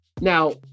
Now